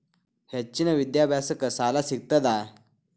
ಹೆಚ್ಚಿನ ವಿದ್ಯಾಭ್ಯಾಸಕ್ಕ ಸಾಲಾ ಸಿಗ್ತದಾ?